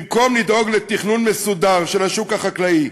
במקום לדאוג לתכנון מסודר של השוק החקלאי,